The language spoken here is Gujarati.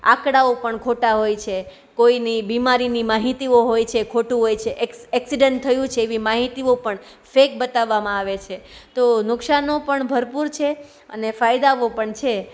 આંકડોઓ પણ ખોટા હોય છે કોઈની બીમારીની માહિતીઓ હોય છે ખોટું હોય છે એક્સિડેન્ટ થયું છે એવી માહિતીઓ પણ ફેક બતાવામાં આવે છે તો નુકસાનો પણ ભરપૂર છે અને ફાયદાઓ પણ છે